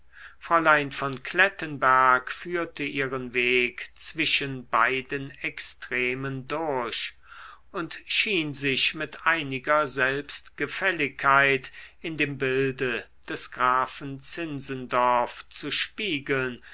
fräulein von klettenberg führte ihren weg zwischen beiden extremen durch und schien sich mit einiger selbstgefälligkeit in dem bilde des grafen zinzendorf zu spiegeln